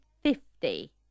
fifty